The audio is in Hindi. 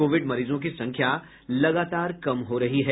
कोविड मरीजों की संख्या लगातार कम हो रही है